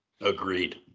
Agreed